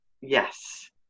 yes